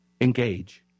Engage